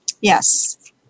Yes